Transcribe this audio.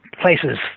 Places